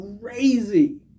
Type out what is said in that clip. crazy